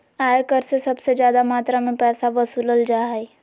आय कर से सबसे ज्यादा मात्रा में पैसा वसूलल जा हइ